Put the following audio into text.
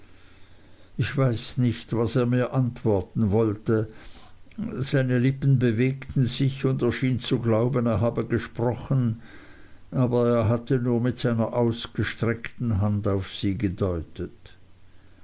ich weiß nicht was er mir antworten wollte seine lippen bewegten sich und er schien zu glauben er habe gesprochen aber er hatte nur mit seiner ausgestreckten hand auf sie gedeutet